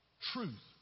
truth